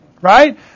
Right